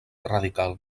radical